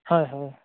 হয় হয়